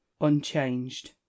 unchanged